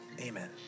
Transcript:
amen